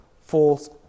false